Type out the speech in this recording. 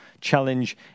challenge